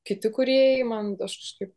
kiti kūrėjai man aš kažkaip